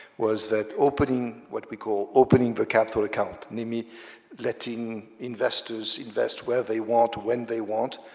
was that opening, what we call opening the capital account, namely letting investors invest where they want, when they want,